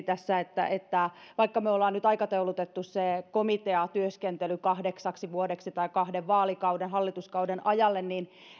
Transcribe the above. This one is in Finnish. tässä heti että vaikka me olemme nyt aikatauluttaneet sen komiteatyöskentelyn kahdeksaksi vuodeksi kahden vaalikauden hallituskauden ajalle niin